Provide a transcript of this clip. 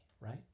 right